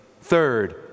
Third